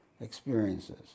experiences